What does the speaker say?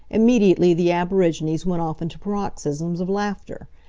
immediately the aborigines went off into paroxysms of laughter.